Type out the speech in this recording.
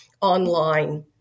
online